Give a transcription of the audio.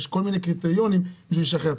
יש כל מיני קריטריונים כדי לשחרר אותם.